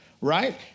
Right